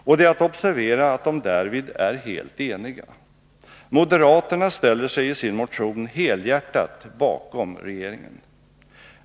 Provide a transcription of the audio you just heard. Och det är att observera att de därvid är helt eniga. Moderaterna ställer sig i sin motion helhjärtat bakom regeringen.